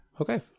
Okay